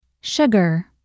Sugar